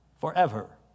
forever